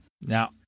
Now